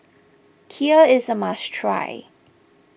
Kheer is a must try